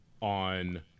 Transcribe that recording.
on